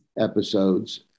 episodes